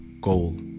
goal